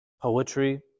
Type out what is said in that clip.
poetry